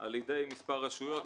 על ידי מספר רשויות,